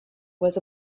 was